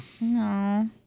no